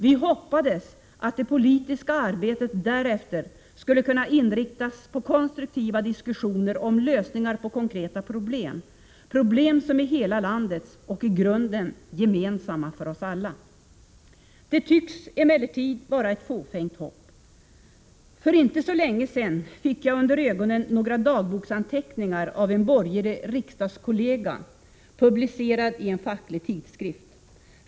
Vi hoppades att det politiska arbetet därefter skulle kunna inriktas på konstruktiva diskussioner om lösningar på konkreta problem, problem som är hela landets och i grunden gemensamma för oss alla. Det tycks emellertid vara ett fåfängt hopp. För inte så länge sedan fick jag under ögonen några dagboksanteckningar av en borgerlig riksdagskollega, publicerade i en facklig tidskrift.